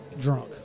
drunk